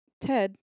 Ted